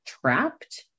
trapped